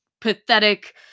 pathetic